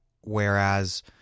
whereas